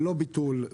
ללא ביטול,